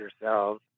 yourselves